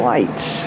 Lights